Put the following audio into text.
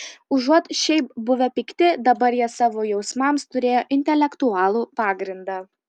užuot šiaip buvę pikti dabar jie savo jausmams turėjo intelektualų pagrindą